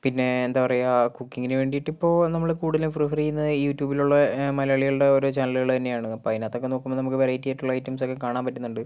പിന്നെ എന്താ പറയുക കുക്കിങ്ങിന് വേണ്ടിയിട്ട് ഇപ്പോൾ നമ്മള് കൂടുതലും പ്രിഫർ ചെയ്യുന്നത് യൂട്യൂബിലുള്ള മലയാളികളുടെ ഓരോ ചാനലുകൾ തന്നെയാണ് അപ്പം അതിനകത്തൊക്കെ നോക്കുമ്പോൾ നമുക്ക് വെറൈറ്റി ആയിട്ടുള്ള ഐറ്റംസൊക്കെ കാണാൻ പറ്റുന്നുണ്ട്